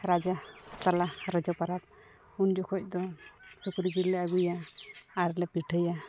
ᱨᱟᱡᱟ ᱥᱟᱞᱟ ᱨᱚᱡᱚ ᱯᱚᱨᱚᱵᱽ ᱩᱱ ᱡᱚᱠᱷᱮᱡᱽ ᱫᱚ ᱥᱩᱠᱨᱤ ᱡᱤᱞ ᱞᱮ ᱟᱹᱜᱩᱭᱟ ᱟᱨᱞᱮ ᱯᱤᱴᱷᱟᱹᱭᱟ